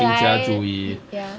新家初一